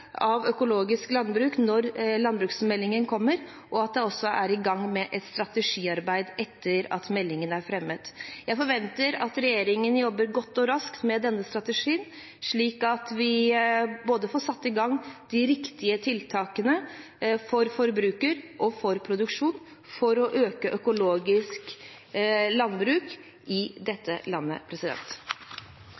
av økologisk landbruk når landbruksmeldingen kommer, og at det også blir satt i gang et strategiarbeid etter at meldingen er fremmet. Jeg forventer at regjeringen jobber godt og raskt med denne strategien, slik at vi får satt i gang de riktige tiltakene for forbruk og for produksjon, for å øke andelen økologisk landbruk i